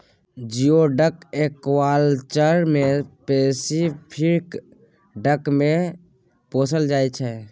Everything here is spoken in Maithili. जियोडक एक्वाकल्चर मे पेसेफिक डक केँ पोसल जाइ छै